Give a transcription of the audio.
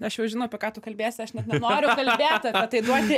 aš jau žinau apie ką tu kalbėsi aš net nenoriu kalbėt apie tai duoti